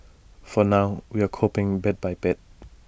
for now we're coping bit by bit